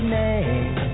name